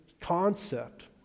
concept